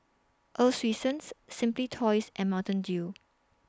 Earl's Swensens Simply Toys and Mountain Dew